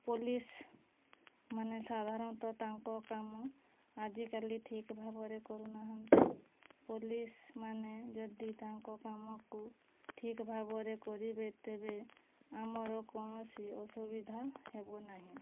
police ମାନେ ସାଧାରଣତଃ ତାଙ୍କ କାମ ଆଜିକାଲି ଠିକ୍ ଭାବରେ କରୁନାହାଁନ୍ତି ପୋଲିସ୍ ମାନେ ଯଦି ତାଙ୍କ କାମକୁ ଠିକ୍ ଭାବରେ କରିବେ ତେବେ ଆମର କୌଣସି ଅସୁବିଧା ହେବନାହିଁ